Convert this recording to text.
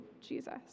Jesus